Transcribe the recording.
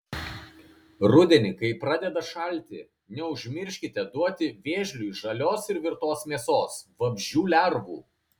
rudenį kai pradeda šalti neužmirškite duoti vėžliui žalios ir virtos mėsos vabzdžių lervų